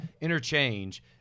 Interchange